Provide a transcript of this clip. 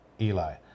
eli